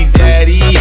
daddy